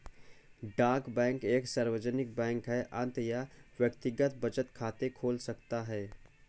डाक बैंक एक सार्वजनिक बैंक है अतः यह व्यक्तिगत बचत खाते खोल सकता है